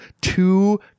two